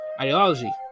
ideology